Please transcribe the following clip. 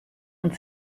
und